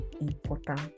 important